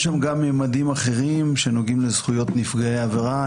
יש שם גם ממדים אחרים שנוגעים לזכויות נפגעי עבירה.